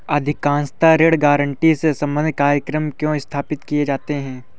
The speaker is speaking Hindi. अधिकांशतः ऋण गारंटी से संबंधित कार्यक्रम क्यों स्थापित किए जाते हैं?